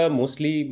mostly